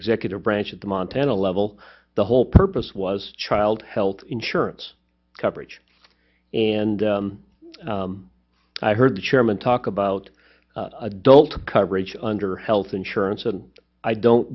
executive branch of the montana level the whole purpose was child health insurance coverage and i heard the chairman talk about adult coverage under health insurance and i don't